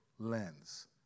lens